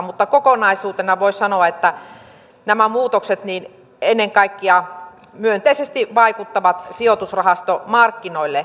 mutta kokonaisuutena voi sanoa että nämä muutokset ennen kaikkea vaikuttavat myönteisesti sijoitusrahastomarkkinoihin